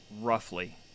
roughly